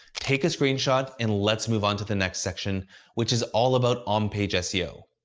take a screenshot and let's move on to the next section which is all about on-page seo.